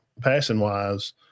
passing-wise